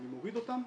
אני מוריד אותן,